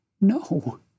No